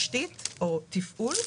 שנותן שירות, לא גוף של תשתית או תפעול.